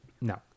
No